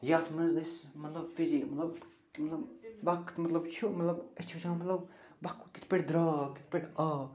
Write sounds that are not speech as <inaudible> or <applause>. یَتھ منٛز أسۍ مطلب فِزی مطلب مطلب وقت مطلب چھُ مطلب أسۍ چھِ وٕچھان مطلب <unintelligible> کِتھ پٲٹھۍ درٛاو کِتھ پٲٹھۍ آو